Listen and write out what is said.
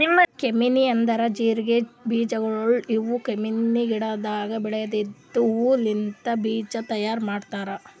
cumin ಅಂದುರ್ ಜೀರಿಗೆ ಬೀಜಗೊಳ್ ಇವು ಕ್ಯುಮೀನ್ ಗಿಡದಾಗ್ ಬೆಳೆದಿದ್ದ ಹೂ ಲಿಂತ್ ಬೀಜ ತೈಯಾರ್ ಮಾಡ್ತಾರ್